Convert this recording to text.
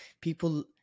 people